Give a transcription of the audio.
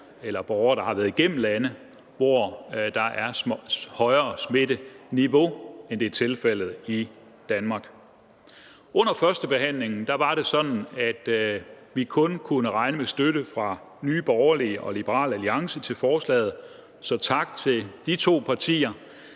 eller borgere, der har været igennem lande, hvor der er højere smitteniveau, end det er tilfældet i Danmark. Under førstebehandlingen var det sådan, at vi kun kunne regne med støtte fra Nye Borgerlige og Liberal Alliance til forslaget – så tak til de to partier.